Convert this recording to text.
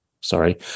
sorry